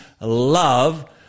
love